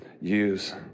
use